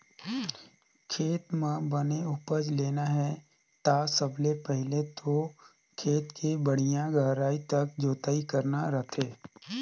खेत म बने उपज लेना हे ता सबले पहिले तो खेत के बड़िहा गहराई तक जोतई करना रहिथे